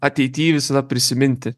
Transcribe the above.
ateity visada prisiminti